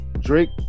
Drake